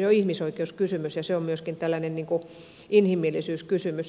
jo ihmisoikeuskysymys ja se on myöskin inhimillisyyskysymys